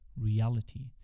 reality